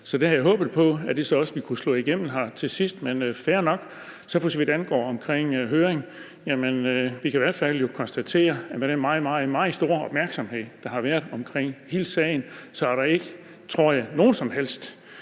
Så der havde jeg håbet på, at det også ville kunne slå igennem her til sidst, men det er fair nok. For så vidt angår høringen, kan vi i hvert fald konstatere, at med den meget, meget store opmærksomhed, der har været omkring hele sagen, er der ikke, tror jeg, nogen som helst,